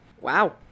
Wow